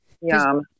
yum